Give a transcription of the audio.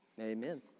Amen